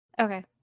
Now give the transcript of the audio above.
Okay